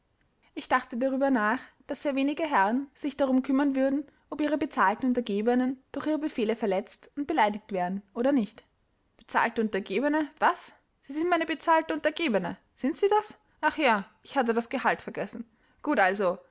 ich dachte darüber nach daß sehr wenig herren sich darum kümmern würden ob ihre bezahlten untergebenen durch ihre befehle verletzt und beleidigt wären oder nicht bezahlte untergebene was sie sind meine bezahlte untergebene sind sie das ach ja ich hatte das gehalt vergessen gut also